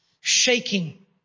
Shaking